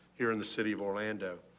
here in the city of orlando.